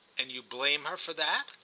and you blame her for that?